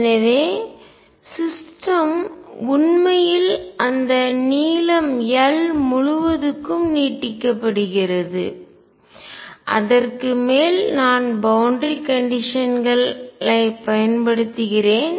எனவே சிஸ்டம் உண்மையில் அந்த நீளம் l முழுவதுக்கும் நீட்டிக்கப்பட்டுள்ளது அதற்கு மேல் நான் பவுண்டரி கண்டிஷன்கள் ஐ பயன்படுத்துகிறேன்